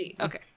Okay